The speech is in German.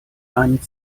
einem